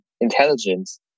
intelligence